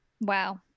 Wow